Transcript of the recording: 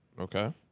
Okay